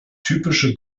typische